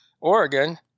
Oregon